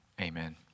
Amen